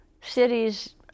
cities